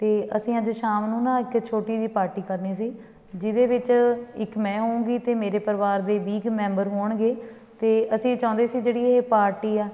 ਅਤੇ ਅਸੀਂ ਅੱਜ ਸ਼ਾਮ ਨੂੰ ਨਾ ਇੱਕ ਛੋਟੀ ਜਿਹੀ ਪਾਰਟੀ ਕਰਨੀ ਸੀ ਜਿਹਦੇ ਵਿੱਚ ਇੱਕ ਮੈਂ ਹੋਉਂਗੀ ਅਤੇ ਮੇਰੇ ਪਰਿਵਾਰ ਦੇ ਵੀਹ ਕੁ ਮੈਂਬਰ ਹੋਣਗੇ ਅਤੇ ਅਸੀਂ ਚਾਹੁੰਦੇ ਸੀ ਜਿਹੜੀ ਇਹ ਪਾਰਟੀ ਆ